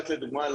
רק לדוגמה,